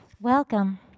Welcome